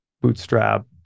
bootstrap